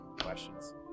questions